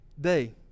day